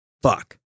fuck